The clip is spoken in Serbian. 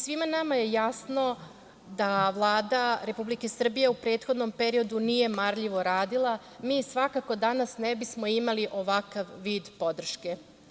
Svima nama je jasno da Vlada Republike Srbije u prethodnom periodu nije marljivo radila mi svakako danas ne bismo imali ovakav vid podrške.